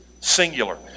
singular